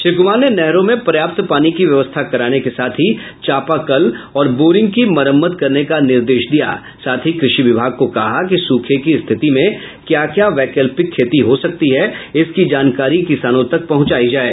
श्री कुमार ने नहरों में पर्याप्त पानी की व्यवस्था कराने के साथ ही चापाकल और बोरिंग की मरम्मत करने का निर्देश दिया साथ ही कृषि विभाग को कहा कि सूखे की स्थिति में क्या क्या वैकल्पिक खेती हो सकती है इसकी जानकारी किसानों तक पहुंचायें